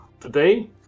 Today